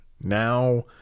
Now